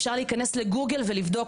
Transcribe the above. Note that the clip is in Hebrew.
אפשר להיכנס לגוגל ולבדוק,